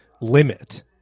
limit